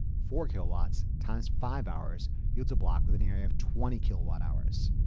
four kilowatts times five hours, yields a block with an area of twenty kilowatt hours.